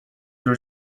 جور